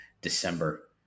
December